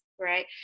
right